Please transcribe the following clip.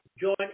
join